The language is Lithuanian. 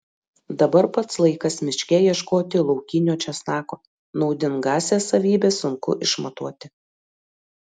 dabar pats laikas miške ieškoti laukinio česnako naudingąsias savybes sunku išmatuoti